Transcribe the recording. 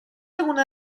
algunas